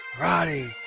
Roddy